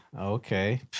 okay